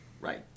Right